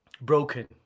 broken